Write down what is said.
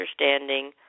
understanding